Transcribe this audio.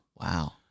Wow